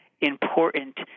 important